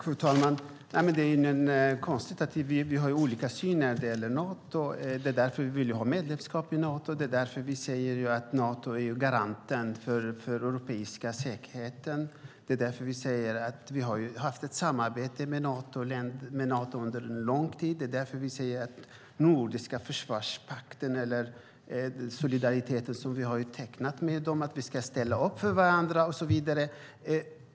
Fru talman! Det är inte konstigt att vi har olika syn när det gäller Nato. Det är därför vi vill ha medlemskap i Nato. Vi ser att Nato är garanten för den europeiska säkerheten. Det är därför vi har haft ett samarbete med Nato under en lång tid. Vi säger i den nordiska solidaritetspakten som vi har tecknat att vi ska ställa upp för varandra, och så vidare. Fru talman!